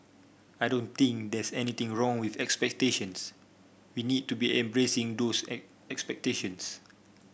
I don't think there's anything wrong with expectations we need to be embracing those expectations